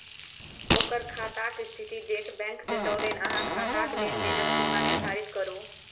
ओकर खाताक स्थिती देखि बैंक चेतोलनि अहाँ खाताक लेन देनक सीमा निर्धारित करू